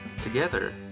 Together